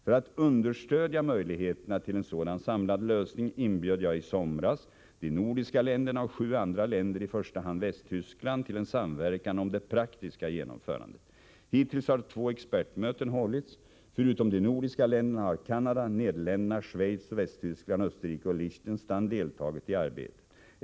För att understödja möjligheterna till en sådan samlad lösning inbjöd jag i somras de nordiska länderna och sju andra länder, i första hand Västtyskland, till en samverkan om det praktiska genomförandet. Hittills har två expertmöten hållits. Förutom de nordiska länderna har Canada, Nederländerna, Schweiz, Västtyskland, begränsa försurningen av mark och Österrike och Liechtenstein deltagit i arbetet.